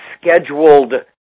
scheduled